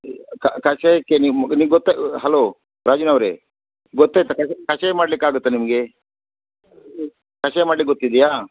ಕಷಾಯಕ್ಕೆ ನೀವು ನಿಮ್ಗೆ ಗೊತ್ತಲ್ಲ ಹಲೋ ರಾಜಿನವರೆ ಗೊತಾಯ್ತಾ ಕಷಾಯ ಕಷಾಯ ಮಾಡಲಿಕ್ಕೆ ಆಗುತ್ತಾ ನಿಮಗೆ ಕಷಾಯ ಮಾಡ್ಲಿಕ್ಕೆ ಗೊತ್ತಿದೆಯಾ